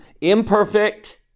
imperfect